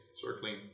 circling